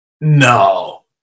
no